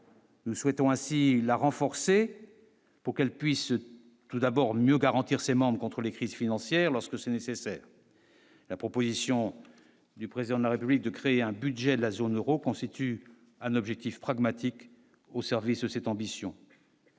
Nous souhaitons ainsi la renforcer pour qu'elle puisse tout d'abord mieux garantir ses membres contre les crises financières lorsque c'est nécessaire. La proposition du président de la République de créer un budget de la zone Euro constitue un objectif pragmatique au service, cette ambition.